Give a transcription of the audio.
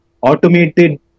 automated